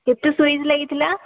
କେତେ ସ୍ଵିଚ୍ ଲାଗିଥିଲା